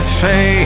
say